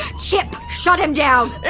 chip, shut him down